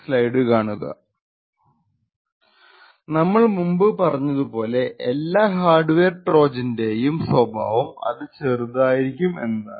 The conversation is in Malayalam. സ്ലൈഡ് കാണുക സമയം 611 നമ്മൾ മുൻപ് പറഞ്ഞതുപോലെ എല്ലാ ഹാർഡ്വെയർ ട്രോജന്റെയും സ്വഭാവംഅത് ചെറുതായിരിക്കും എന്നതാന്